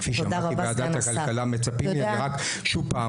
כפי שאמרתי בוועדת הכלכלה מצפים --- שוב,